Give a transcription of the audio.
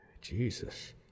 Jesus